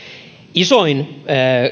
isoin